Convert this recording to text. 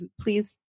please